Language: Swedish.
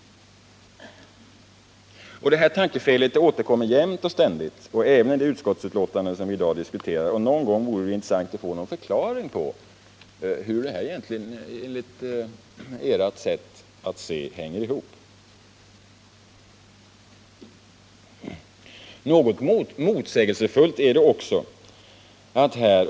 Det här tankefelet återkommer ständigt och jämt och även i det utskottsbetänkande som vi i dag diskuterar. Det vore intressant att någon gång få en förklaring på hur detta enligt ert sätt att se hänger ihop.